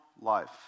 Life